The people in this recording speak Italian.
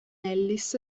ellis